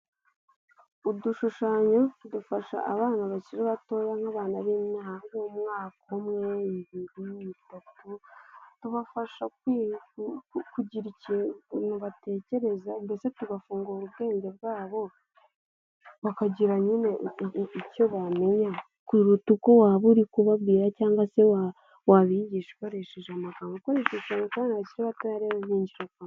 Udushushanyo dufasha abana bakiri batoya nk'abana b''umwaka umwe, ibiri, itatu tubafasha kugira ikintu batekereza mbese tugafungura ubwenge bwabo bakagira nyine utegeka icyo bamenya kuruta uko waba uri kubabwira cyangwa se wabigisha ukoresheje amagambo ukoresheza aba basi batareba bingirakamaro.